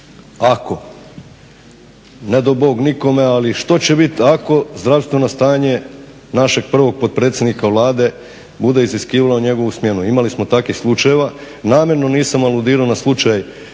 ako ne dao Bog nikome ali što će biti ako zdravstveno stanje našeg prvog potpredsjednika Vlade bude iziskivalo njegovu smjenu? Imali smo takvih slučajeva. Namjerno nisam aludirao na slučaj